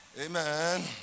Amen